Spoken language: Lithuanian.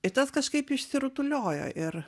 i tas kažkaip išsirutuliojo ir